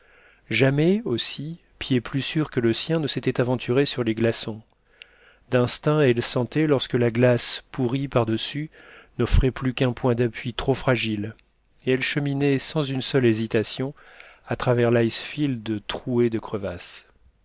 jamais aussi pied plus sûr que le sien ne s'était aventuré sur les glaçons d'instinct elle sentait lorsque la glace pourrie par-dessous n'offrait plus qu'un point d'appui trop fragile et elle cheminait sans une seule hésitation à travers l'icefield troué de crevasses